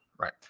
right